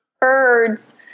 birds